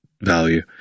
value